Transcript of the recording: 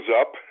up